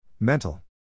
Mental